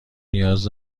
نیاز